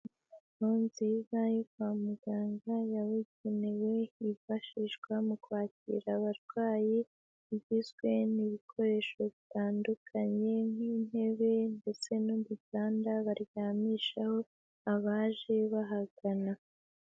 Inyubako nziza yo kwa muganga yabugenewe yifashishwa mu kwakira abarwayi, igizwe n'ibikoresho bitandukanye, nk'intebe ndetse n'udutanda baryamishaho abaje bahagana.